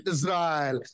Israel